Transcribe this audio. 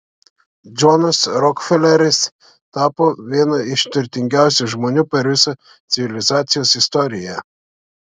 džonas rokfeleris tapo vienu iš turtingiausių žmonių per visą civilizacijos istoriją